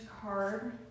card